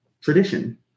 tradition